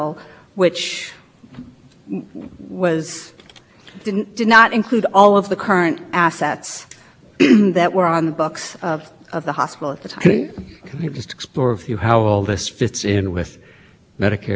but going forward this doesn't affect the way it's treated doesn't affect reimbursement for fear christie i mean there's two things that are going are a couple things that are going on obviously congress changed the last